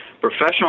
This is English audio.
Professional